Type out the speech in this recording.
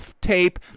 tape